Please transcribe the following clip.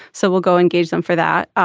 so we'll go engage them for that.